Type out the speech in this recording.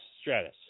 Stratus